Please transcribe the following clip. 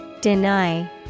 deny